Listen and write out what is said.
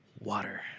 Water